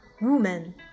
woman